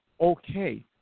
okay